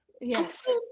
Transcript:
Yes